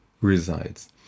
resides